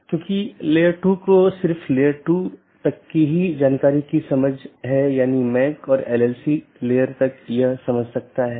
सत्र का उपयोग राउटिंग सूचनाओं के आदान प्रदान के लिए किया जाता है और पड़ोसी जीवित संदेश भेजकर सत्र की स्थिति की निगरानी करते हैं